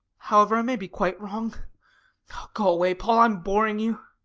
however, i may be quite wrong go away, paul, i am boring you.